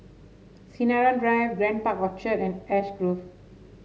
Sinaran Drive Grand Park Orchard and Ash Grove